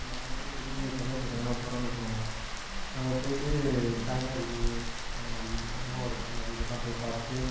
நானே கூட திடீரெனு சென்னை சைடு எங்கேன்னா போகிறேன்னு வச்சுக்கோங்க அங்கே போய்விட்டு கலைஞர் இது சமாதி அம்மாவோடய சமாதி இதெல்லாம் போய் பார்த்துட்டு